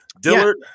Dillard